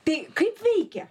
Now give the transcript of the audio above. tai kaip veikia